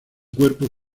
cuerpo